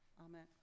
amen